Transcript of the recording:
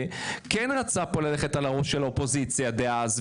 כן רצה ללכת על הראש של האופוזיציה דאז,